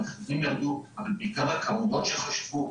המחירים ירדו אבל בעיקר הכמויות שחשבו.